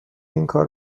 اینکار